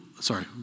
sorry